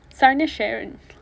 sorry no sharin